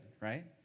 right